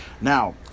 Now